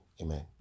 Amen